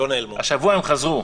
השבוע הן חזרו.